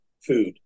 food